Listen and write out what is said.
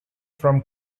from